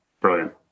brilliant